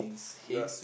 ya